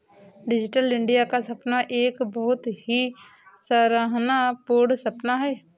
digital India का सपना एक बहुत ही सराहना पूर्ण सपना है